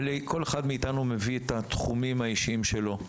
כל אחד מאיתנו מביא את התחומים האישיים שלו.